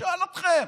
אשאל אתכם.